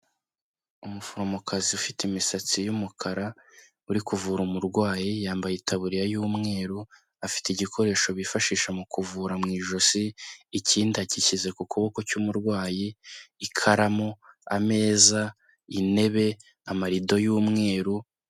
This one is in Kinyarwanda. Umuforomokazi ufite imisatsi y'umukara uri kuvura umurwayi yambaye itaburiya y'umweru, afite igikoresho bifashisha mu kuvura mu ijosi ikindi agishyize ku kuboko cy'umurwayi ikaramu, ameza, intebe, amarido y'umweru.